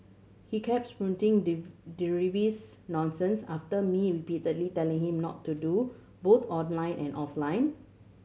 he kept nonsense after me repeatedly telling him not to do both online and offline